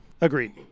Agreed